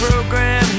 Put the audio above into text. program